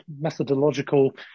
methodological